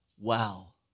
wow